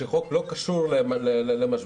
כשחוק לא קשור למשבר,